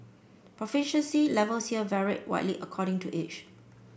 proficiency levels here varied widely according to age